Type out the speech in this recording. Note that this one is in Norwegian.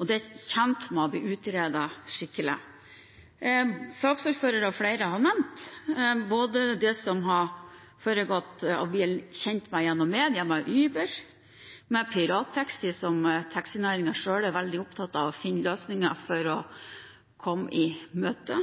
og det er tjent med å bli utredet skikkelig. Saksordføreren og flere andre har nevnt det som har foregått, og som har blitt kjent gjennom mediene, med Uber og med pirattaxi – som taxinæringen selv er veldig opptatt av å finne løsninger for å komme i møte.